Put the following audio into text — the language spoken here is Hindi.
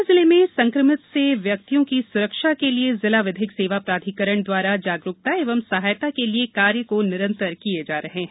गुना जिले में संक्रमित से व्यक्तियों की सुरक्षा हेतु जिला विधिक सेवा प्राधिकरण गुना द्वारा जागरूकता एवं सहायता हेतु कार्य तो निरंतर किये ही जा रहे हैं